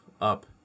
Up